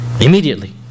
Immediately